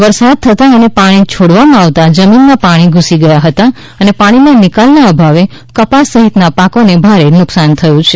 વરસાદ થતાં અને પાણી છોડવામાં આવતા જમીનમાં પાણી ધૂસી ગયા હતા અને પાણીના નિકાલના અભાવે કપાસ સહિતના પાકોને ભારે નુકસાન થયું છે